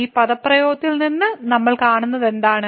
ഈ പദപ്രയോഗത്തിൽ നിന്ന് നമ്മൾ കാണുന്നതെന്താണ്